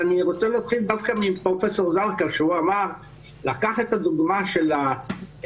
אני רוצה להתחיל דווקא מפרופסור זרקא שלקח את הדוגמה של סגירת